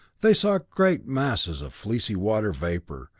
they saw great masses of fleecy water vapor,